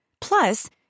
Plus